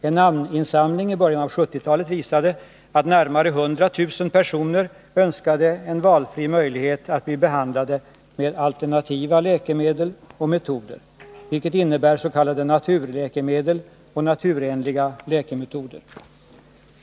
En namninsamling i början av 1970-talet visade att närmare 100 000 personer önskade valfri möjlighet att bli behandlade med alternativa läkemedel och metoder, vilket innebär s.k. naturmedel och naturenliga läkemetoder.